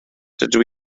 dydw